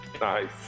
Nice